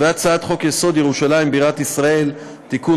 בהצעת חוק-יסוד: ירושלים בירת ישראל (תיקון,